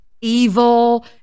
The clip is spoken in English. evil